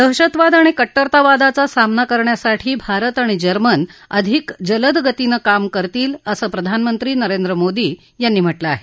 दहशतवाद आणि कट्टरतावादाचा सामना करण्यासाठी भारत आणि जर्मन अधिक जलद गतीन काम करतील असं प्रधानमंत्री नरेंद्र मोदी यांनी म्हटलं आहे